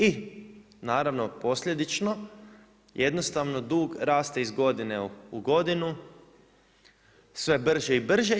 I naravno posljedično jednostavno dug raste iz godine u godinu sve brže i brže.